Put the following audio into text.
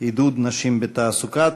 (עידוד נשים בתעסוקה),